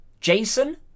Jason